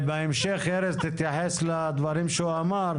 בהמשך ארז תתייחס לדברים שהוא אמר.